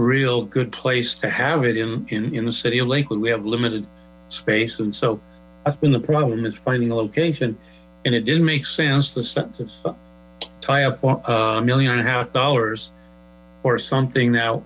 real good place to have it in the city of lakewood we have limited space and so that's been the problem is finding a location and it didn't make sense the of tie up for a million and a half dollars or something now